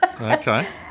okay